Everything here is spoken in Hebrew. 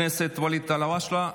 חבר הכנסת ואליד אלהואשלה,